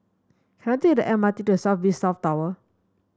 can I take the M R T to South Beach South Tower